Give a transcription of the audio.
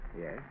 Yes